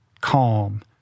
calm